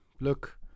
look